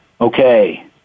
okay